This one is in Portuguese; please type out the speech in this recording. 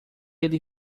ele